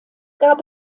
gab